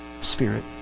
spirit